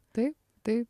taip taip